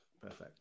Perfect